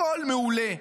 הכול מעולה.